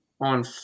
on